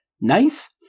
Nice